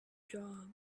job